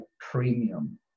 premium